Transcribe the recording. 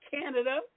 Canada